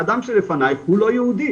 האדם שלפנייך הוא לא יהודי?